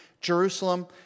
Jerusalem